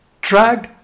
dragged